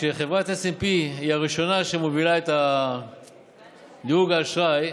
כשחברת P&S היא הראשונה שמובילה את דירוג האשראי,